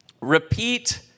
Repeat